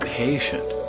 patient